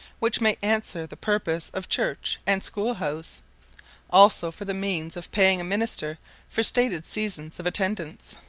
which may answer the purpose of church and school-house also for the means of paying a minister for stated seasons of attendance.